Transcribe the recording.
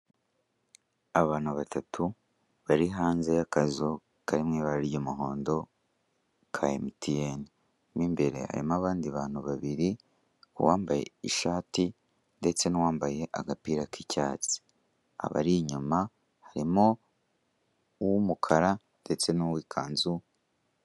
Abantu batatu bari hanze y'akazu kari mu ibara ry'umuhondo ka MTN, mo imbere harimo abandi bantu babiri uwambaye ishati ndetse n'uwambaye agapira k'icyatsi, aba ari inyuma harimo uw'umukara ndetse n'uwikanzu.